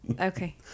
Okay